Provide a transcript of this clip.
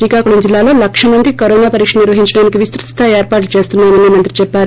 శ్రీకాకుళం జిల్లాలో లక్ష మందికి కరోనా పరీక్షలు నిర్వహించడానికి విస్తుత స్థాయి ఏర్పాట్లు చేస్తున్నామని మంత్రి చెప్పారు